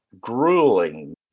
grueling